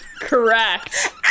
Correct